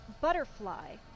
butterfly